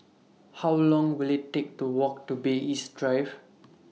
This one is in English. How Long Will IT Take to Walk to Bay East Drive